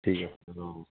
ঠিক আছে হ'ব অঁ